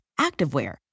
activewear